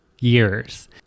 years